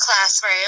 Classroom